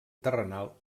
terrenal